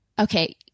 Okay